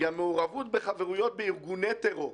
מעורבות וחברויות בארגוני טרור.